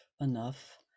enough